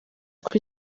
kuri